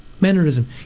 mannerism